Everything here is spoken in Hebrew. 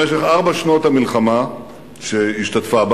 במשך ארבע שנות המלחמה שבהן השתתפה,